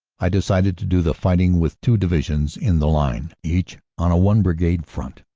i decided to do the fighting with two divisions in the line, each on a one-brigade front,